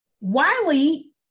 Wiley